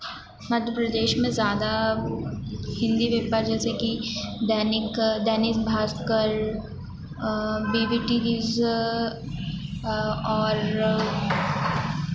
मध्य प्रदेश में ज़्यादा हिंदी पेपर जैसे कि दैनिक दैनिक भास्कर और